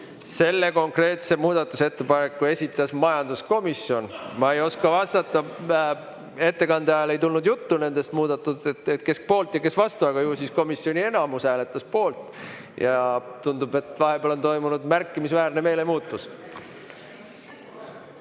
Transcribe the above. Selle konkreetse muudatusettepaneku esitas majanduskomisjon. Ma ei oska vastata. Ettekande ajal ei tulnud juttu nendest muudatustest, kes poolt ja kes vastu. Aga ju siis komisjoni enamus hääletas poolt ja tundub, et vahepeal on toimunud märkimisväärne meelemuutus.